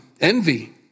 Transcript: envy